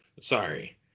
Sorry